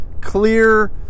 clear